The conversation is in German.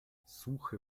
suche